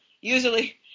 usually